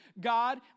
God